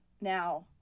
Now